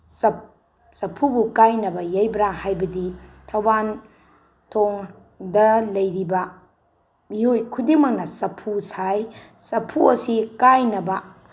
ꯆꯐꯨꯕꯨ ꯀꯥꯏꯅꯕ ꯌꯩꯕ꯭ꯔꯥ ꯍꯥꯏꯕꯗꯤ ꯊꯧꯕꯥꯟꯊꯣꯡꯗ ꯂꯩꯔꯤꯕ ꯃꯤꯑꯣꯏ ꯈꯨꯗꯤꯡꯃꯛꯅ ꯆꯐꯨ ꯁꯥꯏ ꯆꯐꯨ ꯑꯁꯤ ꯀꯥꯏꯅꯕ